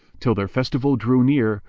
till their festival drew near,